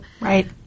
Right